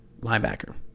linebacker